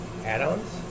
Add-ons